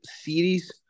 series